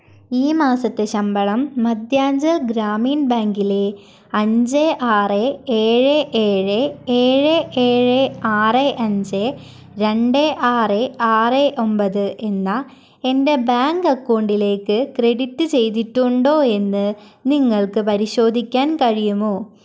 ഈ മാസത്തെ ശമ്പളം മധ്യാഞ്ചൽ ഗ്രാമീൺ ബാങ്കിലെ അഞ്ച് ആറ് ഏഴ് ഏഴ് ഏഴ് ഏഴ് ആറ് അഞ്ച് രണ്ട് ആറ് ആറ് ഒമ്പത് എന്ന എൻ്റെ ബാങ്ക് അക്കൗണ്ടിലേക്ക് ക്രെഡിറ്റ് ചെയ്തിട്ടുണ്ടോ എന്ന് നിങ്ങൾക്ക് പരിശോധിക്കാൻ കഴിയുമോ